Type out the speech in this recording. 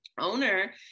owner